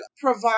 provide